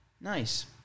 Nice